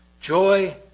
Joy